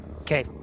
Okay